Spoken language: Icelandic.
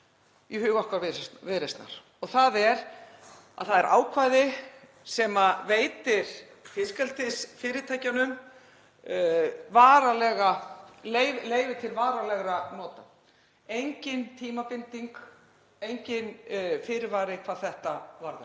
í huga okkar Viðreisnar og það varðar ákvæði sem veitir fiskeldisfyrirtækjunum leyfi til varanlegra nota. Engin tímabinding, enginn fyrirvari hvað þetta varðar,